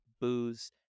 Booze